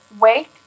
Wake